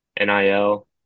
NIL